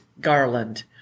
garland